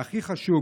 והכי חשוב,